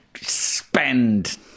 Spend